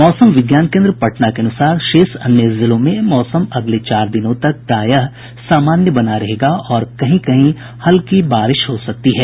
मौसम विज्ञान केन्द्र पटना के अनुसार शेष अन्य जिलों में मौसम अगले चार दिनों तक प्रायः सामान्य बना रहेगा और कहीं कहीं हल्की बारिश हो सकती है